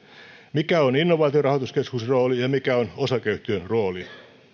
mikä on innovaatiorahoituskeskuksen rooli ja mikä on osakeyhtiön rooli